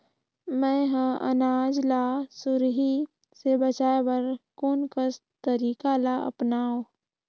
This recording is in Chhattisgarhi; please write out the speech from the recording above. मैं ह अनाज ला सुरही से बचाये बर कोन कस तरीका ला अपनाव?